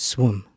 Swim